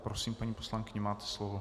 Prosím, paní poslankyně, máte slovo.